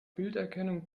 bilderkennung